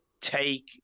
take